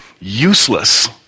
useless